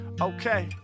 okay